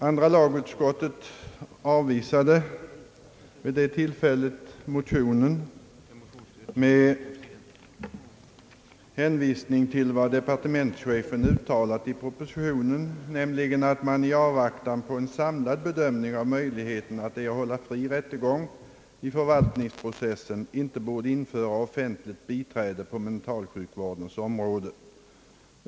Andra lagutskottet avvisade vid det tillfället motionen med hänvisning till vad departemenischefen uttalat i propositionen, nämligen att man i avvaktan på en samlad bedömning av möjligheterna att erhålla fri rättegång i förvaltningsprocessen inte borde införa offentligt biträde på mentalsjukvårdens område.